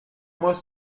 mots